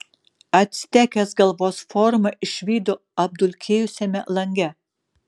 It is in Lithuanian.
actekės galvos formą išvydo apdulkėjusiame lange